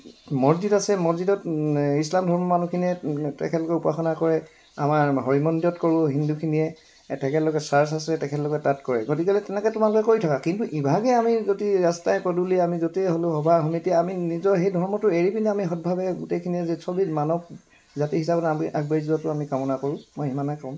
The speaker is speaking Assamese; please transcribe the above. মচজিদ আছে মচজিদত এই ইছলাম ধৰ্মৰ মানুহখিনিয়ে তেখেতলোকে উপাসনা কৰে আমাৰ হৰি মন্দিৰত কৰোঁ হিন্দুখিনিয়ে তেখেতলোকে চাৰ্চ আছে তেখেতলোকে তাত কৰে গতিকেলৈ তেনেকৈ তোমালোকে কৰি থকা কিন্তু ইভাগে আমি যদি ৰাস্তাই পদূলিয়ে আমি য'তেই হওক সভাই সমিতিয়ে আমি নিজৰ সেই ধৰ্মটো এৰি পিনে আমি সৎভাৱে গোটেইখিনিয়ে চবেই মানৱজাতি হিচাপত আমি আগবাঢ়ি যোৱাটো আমি কামনা কৰোঁ মই সিমানেই ক'ম